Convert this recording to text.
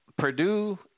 Purdue